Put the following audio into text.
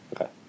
Okay